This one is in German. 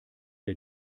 der